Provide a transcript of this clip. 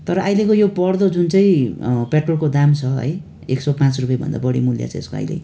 तर अहिलेको यो बढ्दो जुन चाहिँ पेट्रोलको दाम छ है एक सय पाँच रुपियाँभन्दा बडी मुल्य छ यसको अहिले